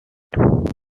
periods